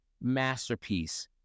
masterpiece